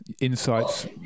insights